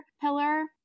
pillar